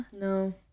No